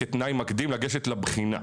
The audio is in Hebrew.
כתנאי מקדים לגשת לבחינה.